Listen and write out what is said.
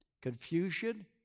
Confusion